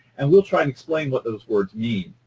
and we'll try and explain what those words mean.